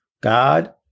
God